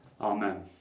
Amen